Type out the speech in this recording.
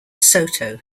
soto